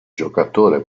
giocatore